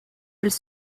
elles